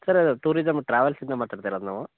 sir tourism travels ಇಂದ ಮಾತಾಡ್ತಿರೋದು ನಾವು